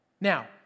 Now